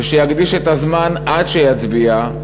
ושיקדיש את הזמן עד שיצביע,